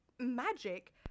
Magic